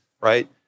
right